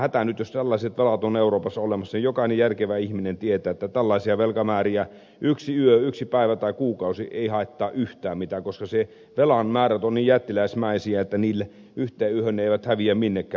jos tällaiset velat on euroopassa olemassa niin jokainen järkevä ihminen tietää että tällaisiin velkamääriin yksi yö yksi päivä tai kuukausi ei vaikuta yhtään mitään koska velan määrät ovat niin jättiläismäisiä että yhteen yöhön ne eivät häviä minnekään